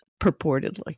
Purportedly